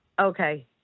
Okay